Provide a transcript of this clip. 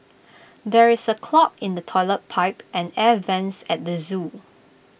there is A clog in the Toilet Pipe and air Vents at the Zoo